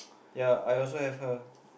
yep I also have her